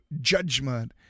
judgment